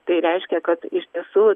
tai reiškia kad iš tiesų